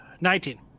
Nineteen